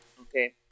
Okay